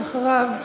ואחריו,